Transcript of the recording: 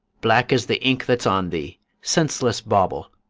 black as the ink that's on thee! senseless bauble,